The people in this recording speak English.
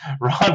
Ron